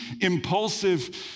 impulsive